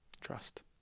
trust